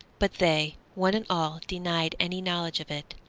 but they one and all denied any knowledge of it.